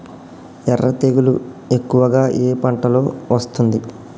ఎర్ర తెగులు ఎక్కువగా ఏ పంటలో వస్తుంది?